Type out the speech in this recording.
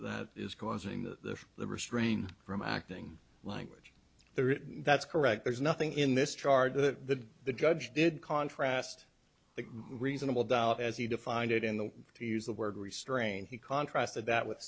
that is causing the the restrain from acting language the written that's correct there's nothing in this charge that the judge did contrast the reasonable doubt as he defined it in the to use the word restrain he contrast that with